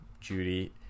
judy